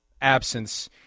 absence